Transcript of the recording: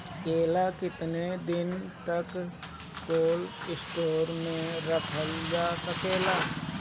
केला केतना दिन तक कोल्ड स्टोरेज में रखल जा सकेला?